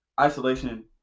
isolation